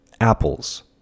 apples